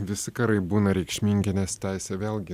visi karai būna reikšmingi nes teisė vėlgi